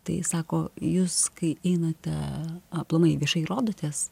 tai sako jūs kai einate aplamai viešai rodotės